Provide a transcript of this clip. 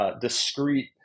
discrete